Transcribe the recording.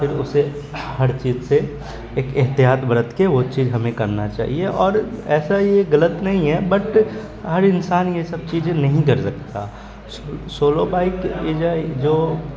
پھر اسے ہڑ چیز سے ایک احتیاط برت کے وہ چیز ہمیں کرنا چاہیے اور ایسا یہ غلط نہیں ہے بٹ ہر انسان یہ سب چیزیں نہیں کر سکتا سولو بائک یہ جو ہے جو